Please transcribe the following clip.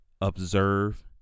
observe